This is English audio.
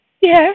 Yes